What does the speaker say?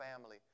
family